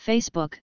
Facebook